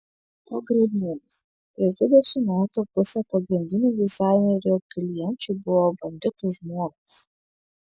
pogrebnojus prieš dvidešimt metų pusė pagrindinių dizainerių klienčių buvo banditų žmonos